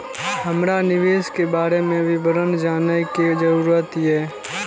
हमरा निवेश के बारे में विवरण जानय के जरुरत ये?